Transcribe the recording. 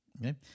okay